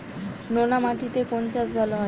নোনা মাটিতে কোন চাষ ভালো হয়?